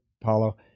Paulo